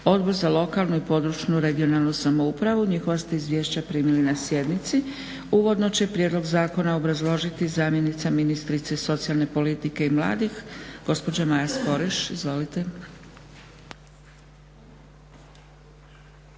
Odbor za lokalnu i područnu (regionalnu) samoupravu. Njihova ste izvješća primili na sjednici. Uvodno će prijedlog zakona obrazložiti zamjenica ministrice socijalne politike i mladih gospođa Maja Sporiš. Izvolite.